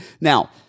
Now